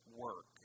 work